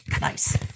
nice